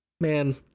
Man